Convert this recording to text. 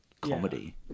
comedy